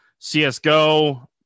CSGO